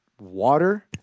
water